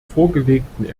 vorgelegten